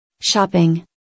Shopping